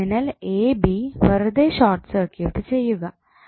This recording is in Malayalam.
ടെർമിനൽ എ ബി വെറുതെ ഷോർട് സർക്യൂട്ട് ചെയ്യുക